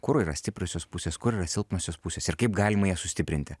kur yra stipriosios pusės kur yra silpnosios pusės ir kaip galima jas sustiprinti